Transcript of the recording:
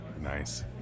Nice